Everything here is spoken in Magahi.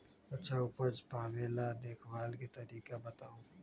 अच्छा उपज पावेला देखभाल के तरीका बताऊ?